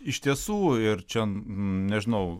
iš tiesų ir čia nežinau